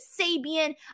Sabian